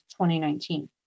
2019